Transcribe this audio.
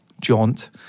jaunt